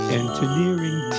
engineering